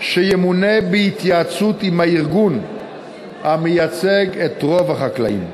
שימונה בהתייעצות עם הארגון המייצג את רוב החקלאים.